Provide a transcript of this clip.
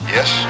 Yes